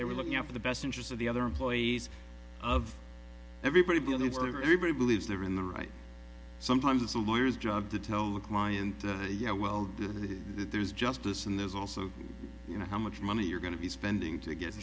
they were looking out for the best interests of the other employees of everybody believes everybody believes they're in the right sometimes it's a lawyers job to tell the client yeah well do they do that there's justice and there's also you know how much money you're going to be spending to get